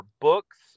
books